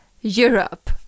Europe